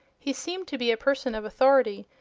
he seemed to be a person of authority,